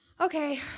Okay